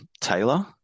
Taylor